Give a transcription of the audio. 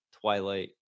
Twilight